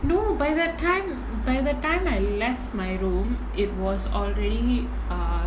no by that time by the time I left my room it was already err